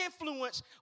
influence